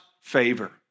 favor